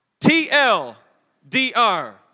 t-l-d-r